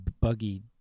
buggy